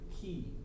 key